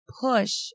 push